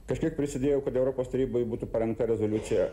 kažkiek prisidėjau kad europos taryboj būtų parengta rezoliucija